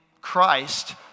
Christ